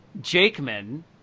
Jakeman